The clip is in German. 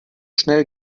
schnell